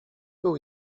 był